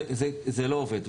זה לא עובד.